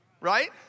Right